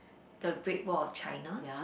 the Great Wall of China